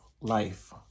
life